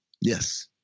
Yes